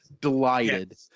delighted